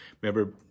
Remember